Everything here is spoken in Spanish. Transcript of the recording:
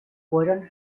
fueron